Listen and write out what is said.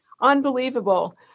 Unbelievable